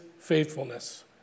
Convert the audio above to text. faithfulness